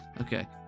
Okay